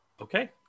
Okay